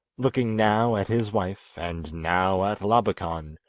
looking now at his wife and now at labakan,